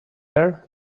there